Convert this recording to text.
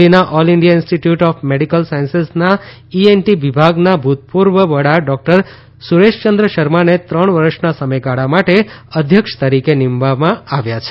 દિલ્હીના all India institute of medical સાયન્સિસના ENT વિભાગના ભૂતપૂર્વ વડા ડોક્ટર સુરેશચંદ્ર શર્માને ત્રણ વર્ષના સમયગાળા માટે અધ્યક્ષ તરીકે નિમવામાં આવ્યા છે